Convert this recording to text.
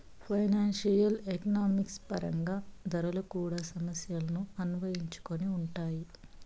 financial economics పరంగా ధరలు కూడా సమస్యలను అన్వయించుకొని ఉంటాయి